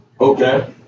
Okay